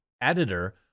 editor